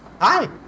Hi